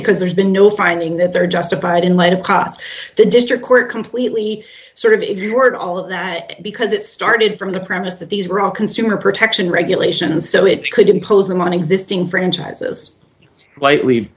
because there's been no finding that they're justified in light of cost the district court completely sort of if you heard all of that because it started from the premise that these were all consumer protection regulations so it could impose them on existing franchises lightly